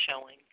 showing